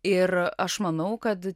ir aš manau kad